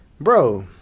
Bro